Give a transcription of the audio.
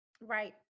Right